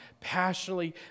passionately